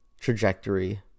trajectory